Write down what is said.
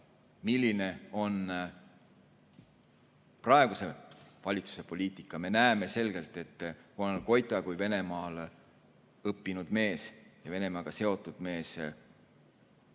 milline on praeguse valitsuse poliitika. Me näeme selgelt, et kolonel Goita kui Venemaal õppinud mees ja Venemaaga seotud mees võib